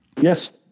Yes